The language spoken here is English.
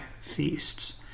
feasts